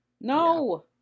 No